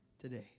today